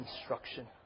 instruction